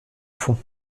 fond